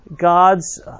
God's